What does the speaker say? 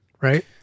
right